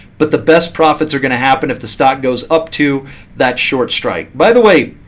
but the best profits are going to happen if the stock goes up to that short strike. by the way,